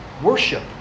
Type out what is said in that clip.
Worship